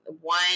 one